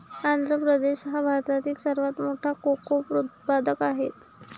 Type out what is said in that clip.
आंध्र प्रदेश हा भारतातील सर्वात मोठा कोको उत्पादक आहे